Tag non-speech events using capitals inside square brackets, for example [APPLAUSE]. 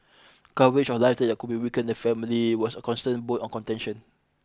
coverage of life [UNINTELLIGIBLE] that could be weaken the family was a constant bone on contention